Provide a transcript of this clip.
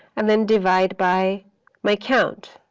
and then divide by my count,